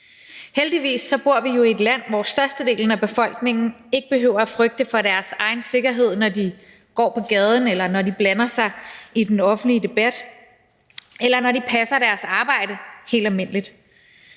Heldigvis bor vi jo i et land, hvor størstedelen af befolkningen ikke behøver at frygte for deres egen sikkerhed, når de går på gaden, eller når de blander sig i den offentlige debat, eller når de passer deres arbejde helt almindeligt.